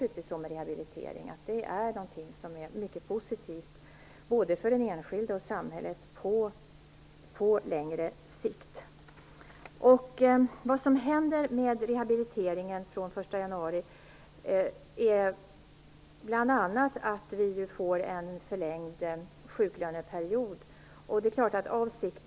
Rehabilitering är naturligtvis mycket positivt, både för den enskilde och för samhället, på längre sikt. januari är bl.a. att vi får en förlängd sjuklöneperiod.